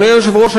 אדוני היושב-ראש,